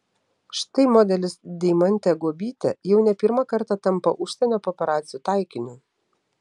štai modelis deimantė guobytė jau ne pirmą kartą tampa užsienio paparacių taikiniu